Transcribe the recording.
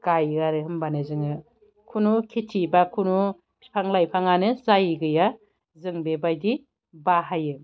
गाइयो आरो होमबानो जोङो खुनु खेथि बा खुनु फिफां लायफाङानो जायै गैया जों बेबादि बाहायो